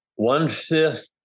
one-fifth